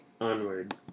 onward